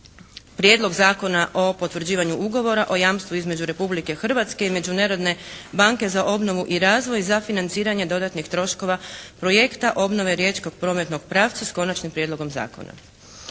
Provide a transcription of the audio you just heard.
Prijedlog zakona o potvrđivanju Ugovora o jamstvu između Republike Hrvatske i Međunarodne banke za obnovu i razvoj za financiranje dodatnih troškova projekta obnove riječkog prometnog pravca s konačnim prijedlogom zakona.